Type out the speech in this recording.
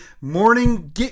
morning